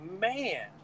man